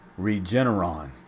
Regeneron